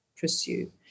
pursue